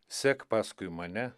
sek paskui mane